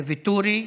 ואטורי,